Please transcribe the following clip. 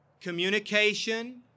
communication